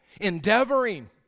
endeavoring